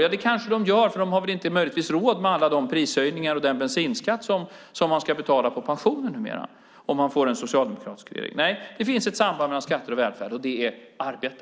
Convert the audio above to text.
Ja, det kanske de gör, för de har väl inte har råd med alla prishöjningarna och den bensinskatt man ska betala på pensionen om vi får en socialdemokratisk regering. Det finns ett samband mellan skatter och välfärd, och det är arbete.